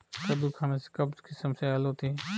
कद्दू खाने से कब्ज़ की समस्याए हल होती है